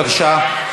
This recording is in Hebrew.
בבקשה.